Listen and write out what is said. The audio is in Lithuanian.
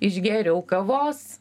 išgėriau kavos